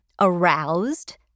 Aroused